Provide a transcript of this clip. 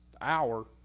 hour